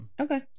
okay